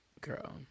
girl